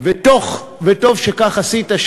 וטוב שכך עשית,